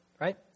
right